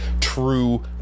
true